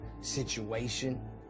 situation